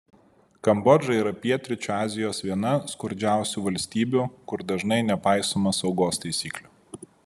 kambodža yra pietryčių azijos viena skurdžiausių valstybių kur dažnai nepaisoma saugos taisyklių